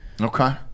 Okay